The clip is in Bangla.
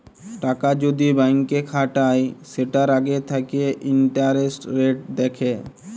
টাকা যদি ব্যাংকে খাটায় সেটার আগে থাকে ইন্টারেস্ট রেট দেখে